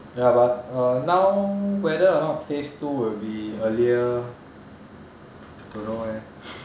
ya but uh now whether or not phase two will be earlier don't know eh